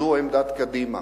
זו עמדת קדימה.